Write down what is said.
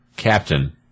Captain